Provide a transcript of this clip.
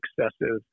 excessive